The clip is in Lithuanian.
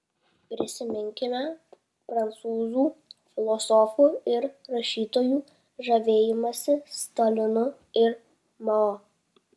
prisiminkime prancūzų filosofų ir rašytojų žavėjimąsi stalinu ir mao